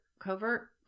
covert